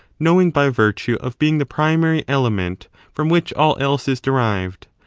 knowing by virtue of being the primary element from which all else is derived,